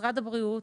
משרד הבריאות,